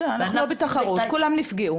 בסדר, אנחנו לא בתחרות, כולם נפגעו.